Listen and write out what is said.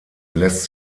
lässt